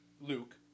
Luke